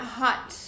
hot